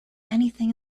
anything